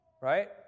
right